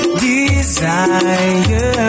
desire